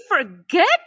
forget